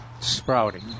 sprouting